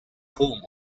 home